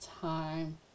time